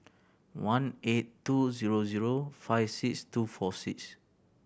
one eight two zero zero five six two four six